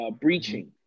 breaching